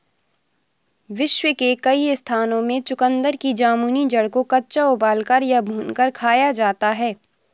विश्व के कई स्थानों में चुकंदर की जामुनी जड़ को कच्चा उबालकर या भूनकर खाया जाता है